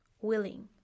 willing